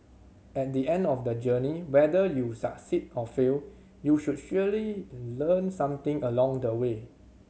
at the end of the journey whether you succeed or fail you sould surely learn something along the way